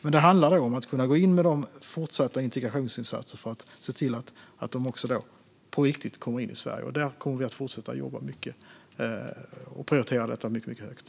Men det handlar då om att kunna gå in med fortsatta integrationsinsatser för att se till att de på riktigt kommer in i Sverige. Detta kommer vi att fortsätta jobba mycket med och prioritera mycket högt.